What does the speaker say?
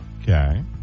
Okay